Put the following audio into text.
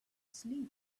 sleep